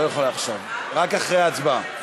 את לא יכולה עכשיו, רק אחרי ההצבעה.